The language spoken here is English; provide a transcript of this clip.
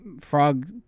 Frog